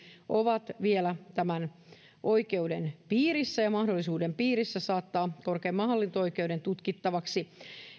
ovat siis vielä tämän oikeuden piirissä ja mahdollisuuden piirissä saattaa korkeimman hallinto oikeuden tutkittavaksi